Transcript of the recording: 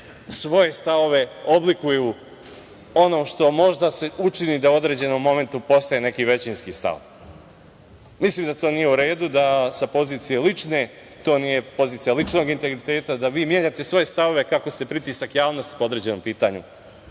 svoji stavovi oblikuju onim što se možda učini da u određenom momentu postane neki većinski stav. Mislim da to nije u redu, da to nije pozicija ličnog integriteta, da vi menjate svoje stavove kako se pritisak javnosti po određenom pitanju